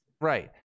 Right